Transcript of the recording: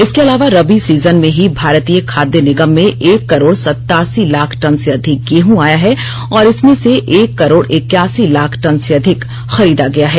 इसके अलावा रबी सीजन में ही भारतीय खाद्य निगम में एक करोड़ सतासी लाख टन से अधिक गेहूं आया है और इसमें से एक करोड़ इक्यासी लाख टन से अधिक खरीदा गया है